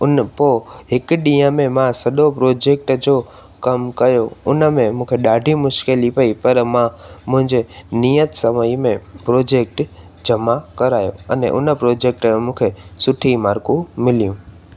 उन पोइ हिक ॾींहं में मां सॼो प्रोजेक्ट जो कमु कयो उनमें मूंखे ॾाढी मुश्किल पई पर मां मुंहिंजे नियत समय में प्रोजेक्ट जमा करायो आने उन प्रोजेक्ट जो मूंखे सुठी मार्कूं मिलियूं